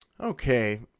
Okay